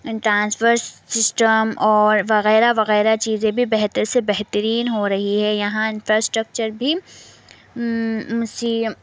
transport system اور وغیرہ وغیرہ چیزیں بھی بہتر سے بہترین ہو رہی ہے یہاں انفراسٹرکچر بھی سی ایم